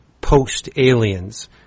post-Aliens